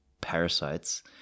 parasites